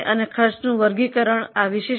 અને ખર્ચનું વર્ગીકરણ શું છે